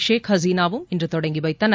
ஷேக் ஹசீனாவும் இன்று தொடங்கி வைத்தனர்